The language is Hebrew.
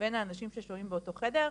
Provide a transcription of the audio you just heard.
בין האנשים ששוהים באותו חדר.